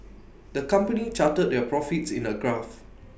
the company charted their profits in A graph